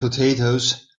potatoes